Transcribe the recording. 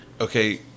Okay